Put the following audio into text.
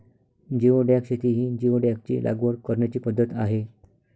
geoduck शेती ही जिओडॅकची लागवड करण्याची पद्धत आहे